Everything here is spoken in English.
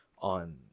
on